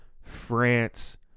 France